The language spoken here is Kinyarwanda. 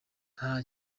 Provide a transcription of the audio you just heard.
nta